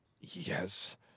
Yes